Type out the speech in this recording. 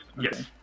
Yes